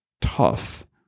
tough